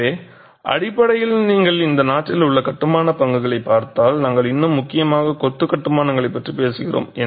எனவே அடிப்படையில் நீங்கள் இந்த நாட்டில் உள்ள கட்டுமானப் பங்குகளைப் பார்த்தால் நாங்கள் இன்னும் முக்கியமாக கொத்து கட்டுமானங்களைப் பற்றி பேசுகிறோம்